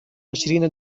عشرين